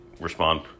respond